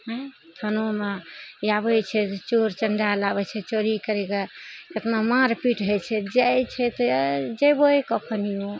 हँ थानोमे आबय छै चोर चण्डाल आबय छै चोरी करि कऽ एतना मार पीट होइ छै जाइ छै तऽ जेबय कखनियो